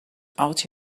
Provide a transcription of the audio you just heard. out